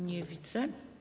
Nie widzę.